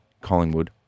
Collingwood